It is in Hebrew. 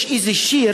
יש איזה שיר,